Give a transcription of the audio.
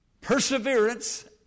Perseverance